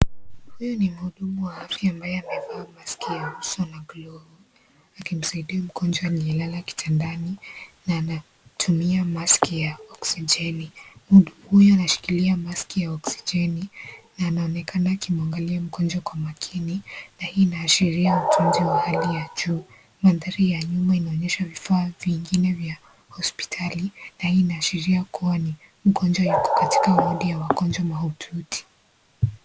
Huyu ni mhudumu wa afya ambaye amevaa maski ya uso na glavu, akimsaidia mgonjwa aliyelala kitandani na anatumia maski ya oksijeni. Mhudumu huyo anashikilia maski ya oksijeni na anaonekana akimwangalia mgonjwa kwa makini na hii inaashiria utunzi wa hali ya juu. Mandhari ya nyumba inaonyesha vifaa vingine vya hospitali na hii inaashiria kuwa ni mgonjwa yuko katika wodi ya wagonjwa mahututi.